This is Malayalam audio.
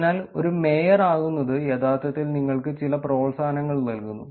അതിനാൽ ഒരു മേയർ ആകുന്നത് യഥാർത്ഥത്തിൽ നിങ്ങൾക്ക് ചില പ്രോത്സാഹനങ്ങൾ നൽകുന്നു